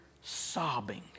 sobbing